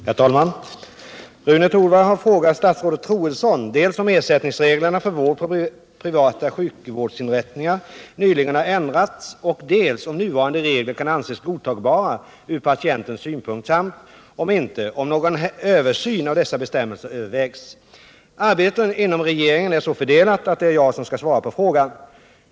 Herr talman! Rune Torwald har frågat statsrådet Troedsson dels om ersättningsreglerna för vård på privata sjukvårdsinrättningar nyligen har ändrats, dels om nuvarande regler kan anses godtagbara ur patientens synpunkt samt — om inte — om någon översyn av dessa bestämmelser övervägs. Arbetet inom regeringen är så fördelat att det är jag som skall svara på frågan.